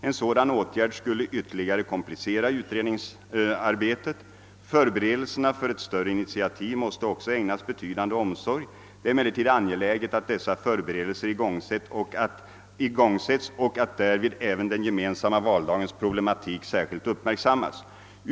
En sådan åtgärd skulle ytterligare komplicera utredningsläget. Förberedelserna för ett större initiativ måste också ägnas betydande omsorg. Det är emellertid angeläget att dessa förberedelser igångsätts och att därvid även den gemensamma valdagens problematik särskilt uppmärksammas.